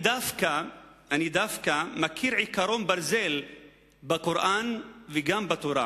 אני דווקא מכיר עקרון ברזל בקוראן וגם בתורה: